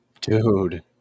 Dude